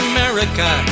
America